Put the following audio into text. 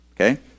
okay